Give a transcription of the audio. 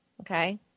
Okay